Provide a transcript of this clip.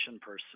person